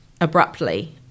abruptly